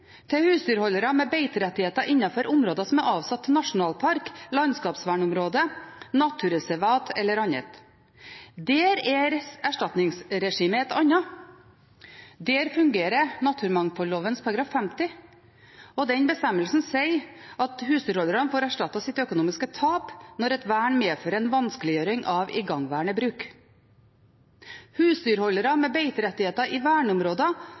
til husdyrholdere med beiterettigheter innenfor områder som er avsatt til nasjonalpark, landskapsvernområde, naturreservat eller annet. Der er erstatningsregimet et annet. Der fungerer naturmangfoldloven § 50, og den bestemmelsen sier at husdyrholderne får erstattet sitt økonomiske tap «når et vern medfører en vanskeliggjøring av igangværende bruk». Husdyrholdere med beiterettigheter i verneområder